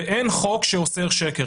ואין חוק שאוסר שקר.